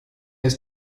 ist